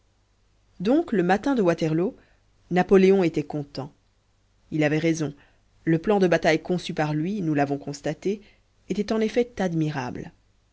donc le matin de waterloo napoléon était content il avait raison le plan de bataille conçu par lui nous l'avons constaté était en effet admirable